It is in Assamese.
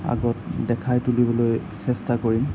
আগত দেখাই তুলিবলৈ চেষ্টা কৰিম